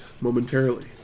momentarily